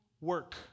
work